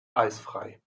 eisfrei